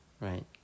right